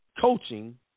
coaching